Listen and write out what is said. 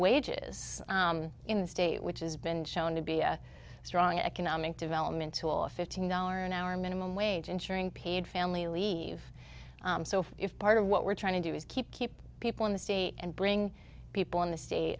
wages in the state which has been shown to be a strong economic development tool a fifteen dollars an hour minimum wage ensuring paid family leave so if part of what we're trying to do is keep keep people in the state and bring people in the state